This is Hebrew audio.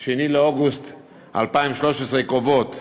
2 באוגוסט 2013, קובעות